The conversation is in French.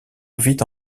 vit